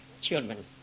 children